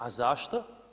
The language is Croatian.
A zašto?